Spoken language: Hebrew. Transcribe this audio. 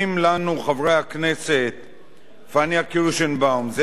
פאינה קירשנבאום, זאב אלקין, איתן כבל ועינת וילף,